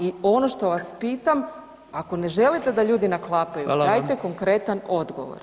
I ono što vas pitam, ako ne želite da ljudi naklapaju dajte konkretan odgovor.